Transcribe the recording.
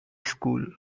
school